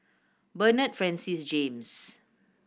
Bernard Francis James